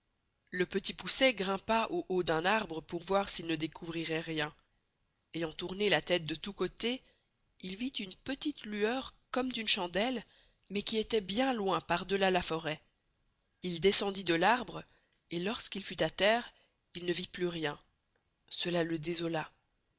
le petit poucet grimpa au haut d'un arbre pour voir s'il ne découvrirait rien ayant tourné la teste de tous costés il vit une petite lueur comme d'une chandelle mais qui estoit bien loin par delà la forest il descendit de l'arbre et lorsqu'il fut à terre il ne vit plus rien cela le desola